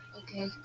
Okay